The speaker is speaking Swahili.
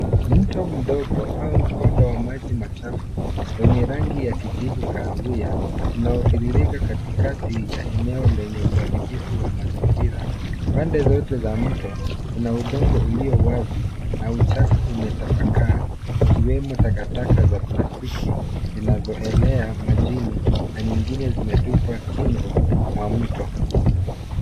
Mto mdogo au mkondo wa maji machafu wenye rangi ya kijivu kahawia unaotiririka katikati ya eneo lenye uharibifu wa mazingira. Upande zote za mto una udongo ulio wazi na uchafu umetapakaa, ikiwemo takataka za plastiki zinazoelea majini na nyingine zimetupwa kingo mwa mto.